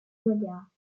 modernes